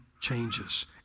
changes